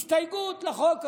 הסתייגות לחוק הזה,